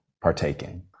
partaking